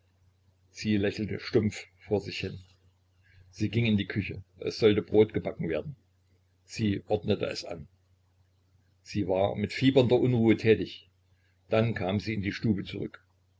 sie lächelte stumpf vor sich hin sie ging in die küche es sollte brot gebacken werden sie ordnete es an sie war mit fiebernder unruhe tätig dann kam sie in die stube zurück